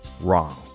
Wrong